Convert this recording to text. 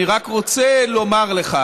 אני רק רוצה לומר לך